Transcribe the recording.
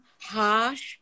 harsh